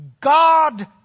God